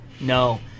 no